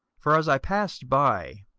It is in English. for as i passed by,